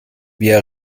via